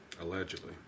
Allegedly